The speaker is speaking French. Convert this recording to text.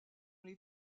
les